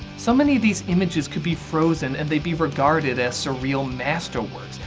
so many of these images could be frozen and they'd be regarded as surreal masterworks.